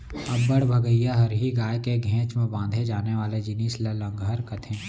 अब्बड़ भगइया हरही गाय के घेंच म बांधे जाने वाले जिनिस ल लहँगर कथें